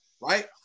right